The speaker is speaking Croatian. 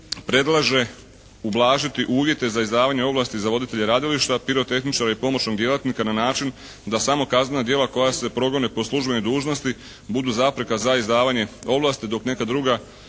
predlaže ublažiti uvjete za izdavanje ovlasti za voditelje radilišta, pirotehničare i pomoćnog djelatnika na način da smo kaznena djela koja se progone po službenoj dužnosti budu zapreka za izdavanje ovlasti dok neka druga